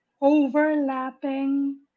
overlapping